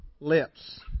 Lips